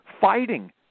fighting